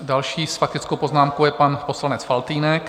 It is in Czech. Další s faktickou poznámkou je poslanec Faltýnek.